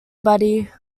buddy